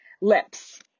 lips